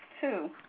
two